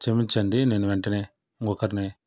క్షమించండి నేను వెంటనే ఇంకొకరిని